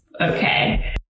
okay